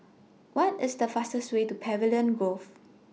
What IS The fastest Way to Pavilion Grove